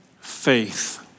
faith